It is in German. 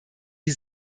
die